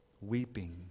Weeping